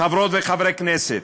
חברות וחברי הכנסת,